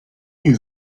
you